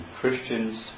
Christians